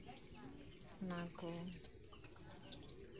ᱚᱱᱟ ᱠᱚ